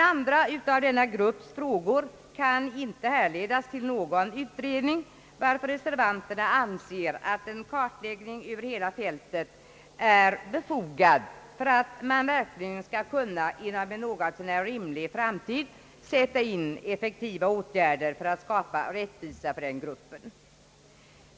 Andra av denna grupps frågor kan emellertid inte härledas till någon utredning, varför reservanterna anser att en kartläggning över hela fältet är befogad för att man verkligen skall kunna sätta in effektiva åtgärder inom en något så när rimlig tid i syfte att skapa rättvisa mellan de olika grupperna av människor.